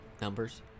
Numbers